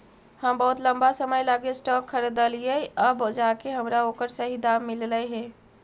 हम बहुत लंबा समय लागी स्टॉक खरीदलिअइ अब जाके हमरा ओकर सही दाम मिललई हे